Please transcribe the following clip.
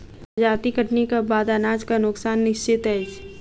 जजाति कटनीक बाद अनाजक नोकसान निश्चित अछि